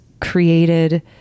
created